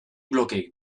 blokeek